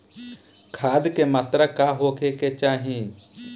खाध के मात्रा का होखे के चाही?